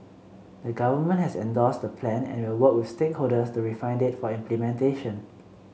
the Government has endorsed the Plan and will work with stakeholders to refine it for implementation